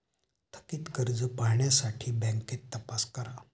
थकित कर्ज पाहण्यासाठी बँकेत तपास करा